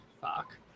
fuck